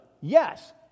Yes